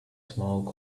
smoke